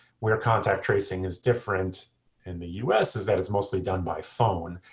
where contact tracing is different in the us is that it's mostly done by phone.